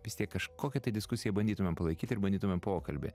vis tiek kažkokią tai diskusiją bandytumėm palaikyti ir bandytumėm pokalbį